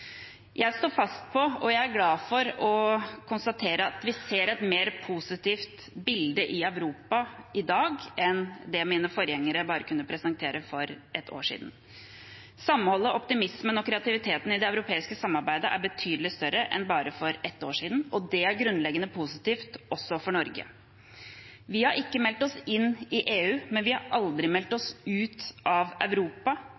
Jeg står fast på og er glad for å konstatere at vi ser et mer positivt bilde i Europa i dag enn det min forgjenger kunne presentere for bare ett år siden. Samholdet, optimismen og kreativiteten i det europeiske samarbeidet er betydelig større enn for bare ett år siden, og det er grunnleggende positivt også for Norge. Vi har ikke meldt oss inn i EU, men vi har aldri meldt oss ut av Europa,